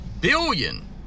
billion